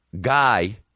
guy